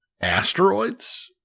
asteroids